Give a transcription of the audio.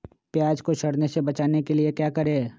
प्याज को सड़ने से बचाने के लिए क्या करें?